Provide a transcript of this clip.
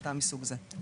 החלטה מסוג זה.